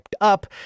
up